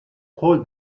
قول